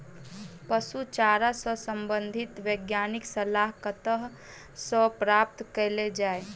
पशु चारा सऽ संबंधित वैज्ञानिक सलाह कतह सऽ प्राप्त कैल जाय?